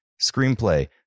screenplay